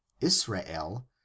israel